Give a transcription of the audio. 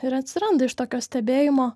ir atsiranda iš tokio stebėjimo